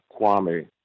Kwame